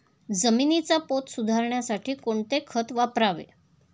जमिनीचा पोत सुधारण्यासाठी कोणते खत वापरावे?